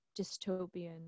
dystopian